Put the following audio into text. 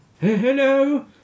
hello